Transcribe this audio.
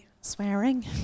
swearing